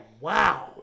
wow